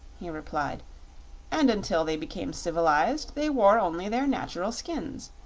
he replied and until they became civilized they wore only their natural skins.